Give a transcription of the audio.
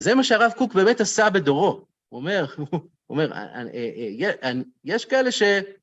זה מה שהרב קוק באמת עשה בדורו, הוא אומר, הוא אומר, יש כאלה ש...